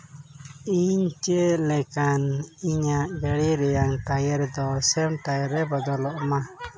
ᱤᱧ ᱪᱮᱫ ᱞᱮᱠᱟᱱ ᱤᱧᱟᱹᱜ ᱜᱟᱹᱲᱤ ᱨᱮᱭᱟᱜ ᱴᱟᱭᱟᱨ ᱫᱚ ᱥᱮᱢ ᱴᱟᱹᱭᱤᱢ ᱨᱮ ᱵᱚᱫᱚᱞᱚᱜ ᱢᱟ